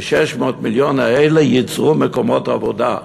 מ-600 המיליון האלה ייצרו מקומות עבודה,